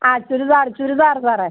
ആ ചുരിദാർ ചുരിദാർ സാറേ